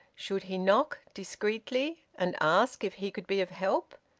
should he knock, discreetly, and ask if he could be of help?